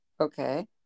Okay